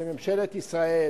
שממשלת ישראל